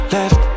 Left